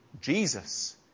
Jesus